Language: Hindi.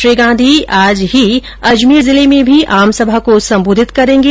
श्री गांधी आज ही अजमेर जिर्ल में भी आमसभा को संबोधित करेंगे